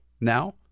now